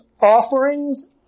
offerings